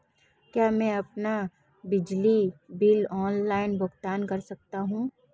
क्या मैं अपना बिजली बिल ऑनलाइन भुगतान कर सकता हूँ?